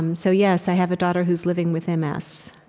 um so yes, i have a daughter who's living with m s,